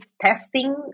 testing